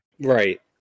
right